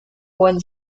won